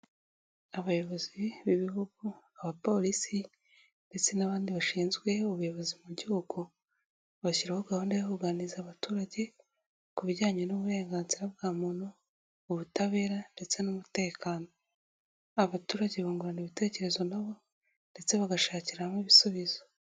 Abayobozi b'Ibihugu, abapolisi ndetse n'abandi bashinzwe ubuyobozi mu gihugu, bashyiraho gahunda yo kuganiriza abaturage ku bijyanye n'uburenganzira bwa muntu, ubutabera ndetse n'umutekano, abaturage bungurana ibitekerezo nabo ndetse bagashakira hamwe ibisubizo.